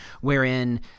wherein